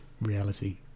reality